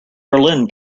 berlin